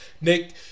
Nick